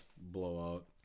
blowout